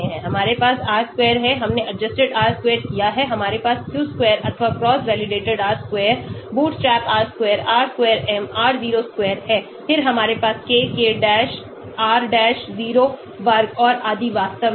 हमारे पास R square है हमने adjusted R square किया है हमारे पास Q square अथवा cross validated R square bootstrap R square R square m r0 square है फिर हमारे पास k k dash r dash 0 वर्ग और आदि वास्तव में है